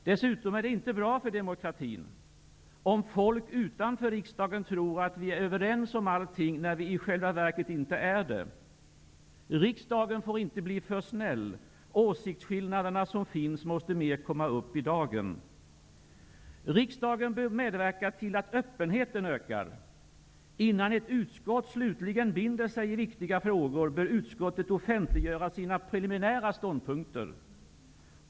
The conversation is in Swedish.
Dessutom är det inte bra för demokratin om folk utanför riksdagen tror att vi är överens om allting, när vi i själva verket inte är det. Riksdagen får inte bli för snäll. Åsiktsskillnader måste mer komma upp i dagen. * Riksdagen bör medverka till att öppenheten ökar. Innan ett utskott slutligt binder sig i viktiga frågor bör utskottet offentliggöra sina preliminära ståndpunkter.